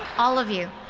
all of you.